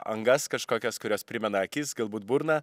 angas kažkokias kurios primena akis galbūt burną